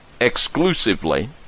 exclusively